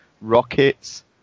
Rockets